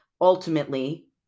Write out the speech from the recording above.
ultimately